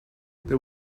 there